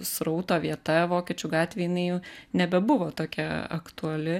srauto vieta vokiečių gatvėj jinai jau nebebuvo tokia aktuali